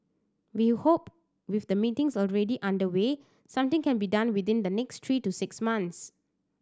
we hope with the meetings already underway something can be done within the next three to six months